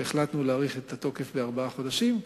והחלטנו להאריך את התוקף בארבעה חודשים,